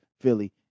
Philly